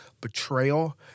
betrayal